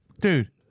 Dude